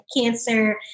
cancer